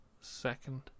Second